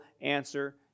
answer